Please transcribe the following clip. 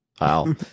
Wow